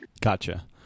Gotcha